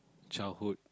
childhood